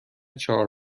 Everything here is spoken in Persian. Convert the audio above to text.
چهار